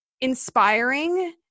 inspiring